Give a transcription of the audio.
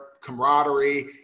camaraderie